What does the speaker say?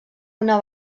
una